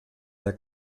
der